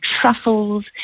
truffles